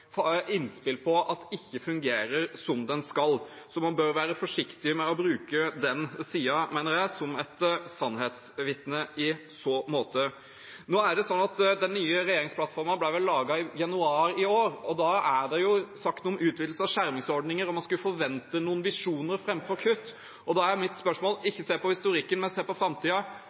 den skal. Så man bør være forsiktig med å bruke den siden, mener jeg, som et sannhetsvitne, i så måte. Den nye regjeringsplattformen ble vel laget i januar i år, og da er det jo sagt noe om utvidelse av skjermingsordninger, at man skulle forvente noen visjoner framfor kutt. Da er mitt spørsmål – og ikke se på historikken, men se på framtiden: Hvilke framtidige løft har man tenkt å gjøre på